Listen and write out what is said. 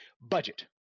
Budget